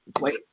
Wait